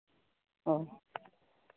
ᱚ